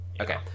Okay